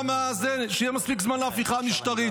שיהיה מספיק זמן להפיכה המשטרית.